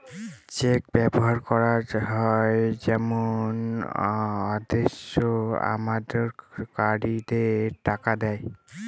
check ব্যবহার করা হয় যখন আদেষ্টা আমানতকারীদের টাকা দেয়